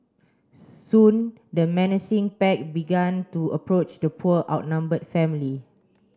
soon the menacing pack began to approach the poor outnumbered family